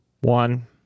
One